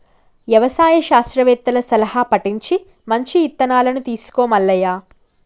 యవసాయ శాస్త్రవేత్తల సలహా పటించి మంచి ఇత్తనాలను తీసుకో మల్లయ్య